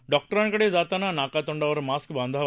डॉक्टरांकडे जाताना नाकातोंडावर मास्क बांधावा